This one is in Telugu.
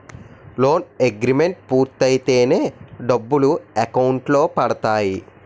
లోన్ అగ్రిమెంట్ పూర్తయితేనే డబ్బులు అకౌంట్ లో పడతాయి